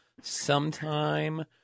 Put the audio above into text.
sometime